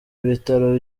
ibitaro